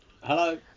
Hello